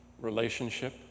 relationship